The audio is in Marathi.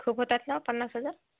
खूप होतात ना हो पन्नास हजार